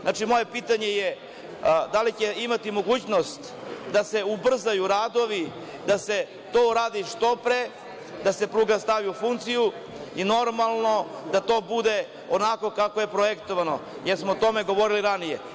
Znači, moje pitanje je da li će imati mogućnost da se ubrzaju radovi, da se to uradi što pre, da se pruga stavi u funkciju i normalno da to bude onako kako je projektovano, jer smo o tome govorili ranije?